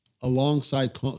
alongside